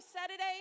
Saturday